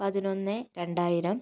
പതിനൊന്ന് രണ്ടായിരം